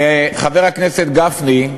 חבר הכנסת גפני,